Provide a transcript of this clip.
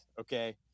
Okay